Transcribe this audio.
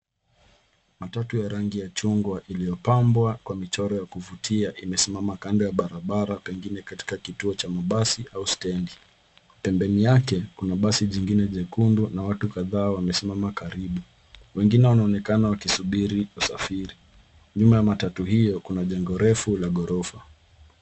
Matatu ya rangi ya chungwa iliyopambwa kwa michoro ya kuvutia imesimama kando ya barabara pengine katika kituo cha mabasi au stendi. Pembeni yake, kuna basi jingine jekundu na watu kadhaa wamesimama karibu. Wengine wanaonekana wakisubiri usafiri. Nyuma ya matatu hiyo kuna jengo refu la ghorofa.